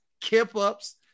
kip-ups